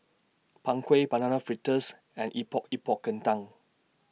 Png Kueh Banana Fritters and Epok Epok Kentang